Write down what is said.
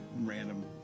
random